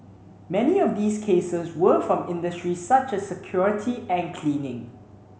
many of these cases were from industries such as security and cleaning